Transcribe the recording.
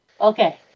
Okay